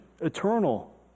eternal